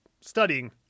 studying